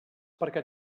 perquè